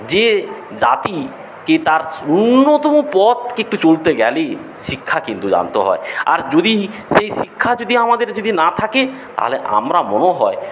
যে জাতিকে তার ন্যূনতম পথ কিন্তু চলতে গেলে শিক্ষা কিন্তু জানতে হয় আর যদি সেই শিক্ষা যদি আমাদের যদি না থাকে তা হলে আমরা মনে হয়